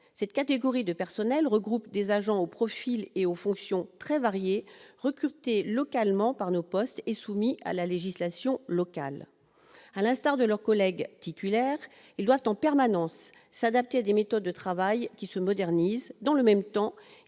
Cette catégorie de personnel regroupe des agents aux profils et aux fonctions très variés, recrutés localement par nos postes et soumis à la législation locale. À l'instar de leurs collègues titulaires, ils doivent en permanence s'adapter à des méthodes de travail qui se modernisent. Dans le même temps,